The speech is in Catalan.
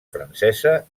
francesa